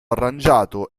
arrangiato